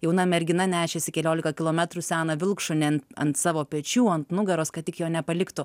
jauna mergina nešėsi keliolika kilometrų seną vilkšunį an ant savo pečių ant nugaros kad tik jo nepaliktų